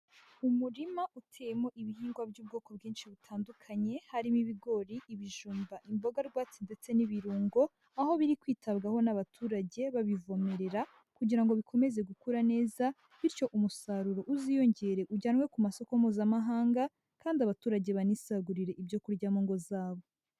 Umurima uteyemo ibihingwa by'ubwoko bwinshi butandukanye, harimo ibigori, ibijumba, imboga rwatsi ndetse n'ibirungo, aho biri kwitabwaho n'abaturage babivomerera kugira ngo bikomeze gukura neza bityo umusaruro uziyongere ujyanwe ku masoko mpuzamahanga, kandi abaturage banisagurire ibyo kurya mu ngo zabo.